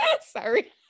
Sorry